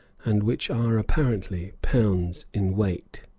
and which are apparently pounds in weight.